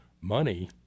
money